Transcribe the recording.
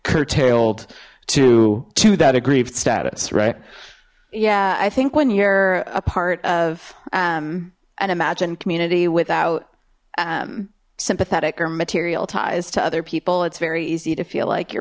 curtailed to to that aggrieved status right yeah i think when you're a part of an imagined community without sympathetic or material ties to other people it's very easy to feel like your